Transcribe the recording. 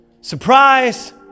Surprise